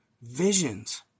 visions